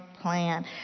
plan